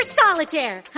solitaire